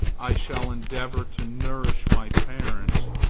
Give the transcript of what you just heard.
i shall endeavour to nourish my parents,